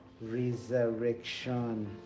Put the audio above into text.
resurrection